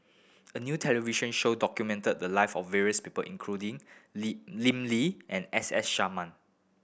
a new television show documented the live of various people including Lim Lee and S S Sarma